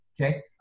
Okay